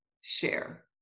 share